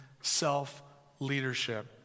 self-leadership